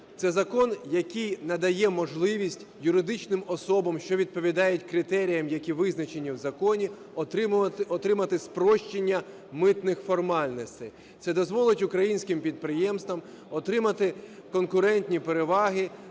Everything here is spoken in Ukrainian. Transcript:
Це закон, який надає можливість юридичним особам, що відповідають критеріям, які визначені в законі, отримати спрощення митних формальностей. Це дозволить українським підприємствам отримати конкурентні переваги